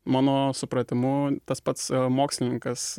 mano supratimu tas pats mokslininkas